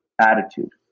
attitude